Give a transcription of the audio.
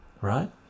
right